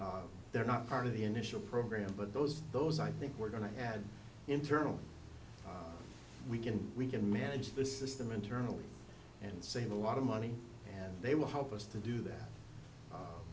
t there not part of the initial program but those those i think we're going to have internally we can we can manage the system internally and save a lot of money and they will help us to do